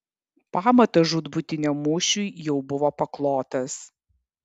pamatas žūtbūtiniam mūšiui jau buvo paklotas